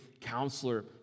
counselor